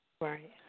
Right